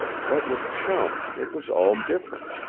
but with chum it was all different.